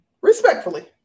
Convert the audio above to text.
respectfully